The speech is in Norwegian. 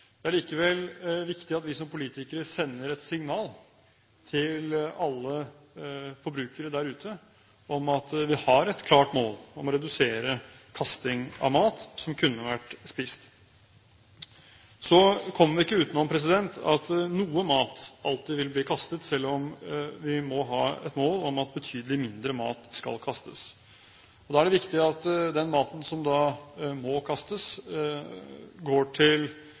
Det er likevel viktig at vi som politikere sender et signal til alle forbrukere der ute om at vi har et klart mål om å redusere kasting av mat som kunne vært spist. Så kommer vi ikke utenom at noe mat alltid vil bli kastet, selv om vi må ha et mål om at betydelig mindre mat skal kastes. Da er det viktig at den maten som må kastes, går til